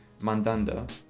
Mandanda